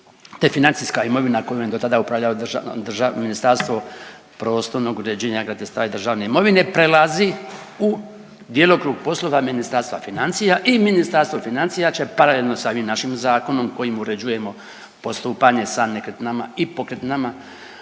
te financijska imovina kojom je dotada upravljao držav…, držav… Ministarstvo prostornog uređenja, graditeljstva i državne imovine prelazi u djelokrug poslova Ministarstva financija i Ministarstvo financija će paralelno sa ovim našim zakonom kojim uređujemo postupanje sa nekretninama i pokretninama